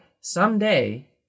someday